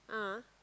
ah